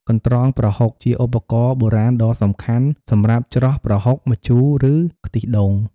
កន្រ្តងប្រហុក ជាឧបករណ៍បុរាណដ៏សំខាន់សម្រាប់ច្រោះប្រហុក ម្ជូរ ឬខ្ទិះដូង។